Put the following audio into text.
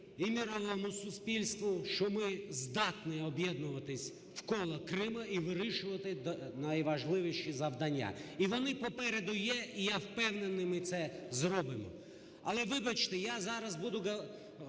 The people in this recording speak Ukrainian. і мировому суспільству, що ми здатні об'єднуватись навколо Криму і вирішувати найважливіші завдання. І вони попереду є. І я впевнений, ми це зробимо. Але, вибачте, я зараз буду